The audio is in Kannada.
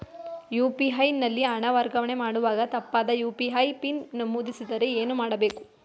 ಯು.ಪಿ.ಐ ನಲ್ಲಿ ಹಣ ವರ್ಗಾವಣೆ ಮಾಡುವಾಗ ತಪ್ಪಾದ ಯು.ಪಿ.ಐ ಪಿನ್ ನಮೂದಿಸಿದರೆ ಏನು ಮಾಡಬೇಕು?